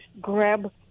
grab